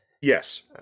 Yes